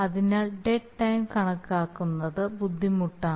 അതിനാൽ dead time കണക്കാക്കുന്നത് ബുദ്ധിമുട്ടാണ്